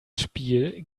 spiel